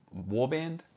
warband